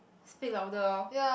speak louder orh